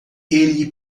ele